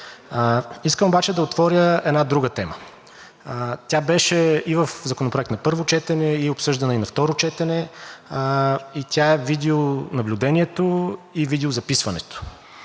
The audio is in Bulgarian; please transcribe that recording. Искам обаче да отворя една друга тема. Тя беше и в законопроект на първо четене, и обсъждана и на второ четене. Тя е за видеонаблюдението и видеозаписването.